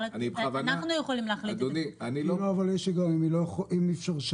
אם שנה זה לא התאפשר,